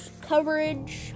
coverage